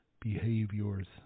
behaviors